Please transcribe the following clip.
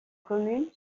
commune